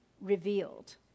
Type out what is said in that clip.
revealed